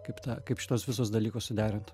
kaip tą kaip šituos visus dalykus suderint